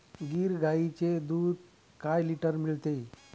गीर गाईचे दूध काय लिटर मिळते?